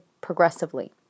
progressively